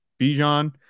Bijan